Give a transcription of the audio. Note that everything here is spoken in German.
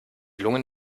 lunge